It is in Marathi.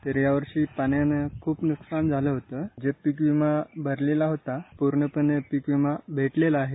तर यावर्षी पाण्यान खूप नुकसान झालं होत पीक विमा भरलेला होता पूर्णपणे पीक विमा भेटलेला आहे